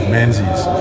Menzies